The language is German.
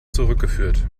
zurückgeführt